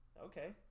okay